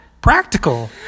practical